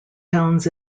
towns